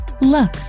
Look